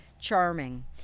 charming